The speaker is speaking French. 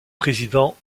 président